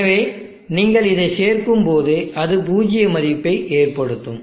எனவே நீங்கள் இதை சேர்க்கும்போது அது பூஜ்ஜிய மதிப்பை ஏற்படுத்தும்